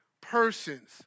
persons